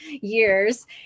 years